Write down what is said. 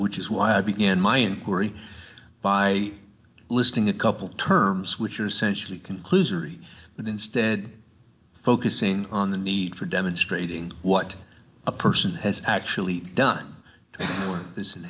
which is why i begin my inquiry by listing a couple terms which are essentially conclusory but instead focusing on the need for demonstrating what a person has actually done this